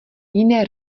jiné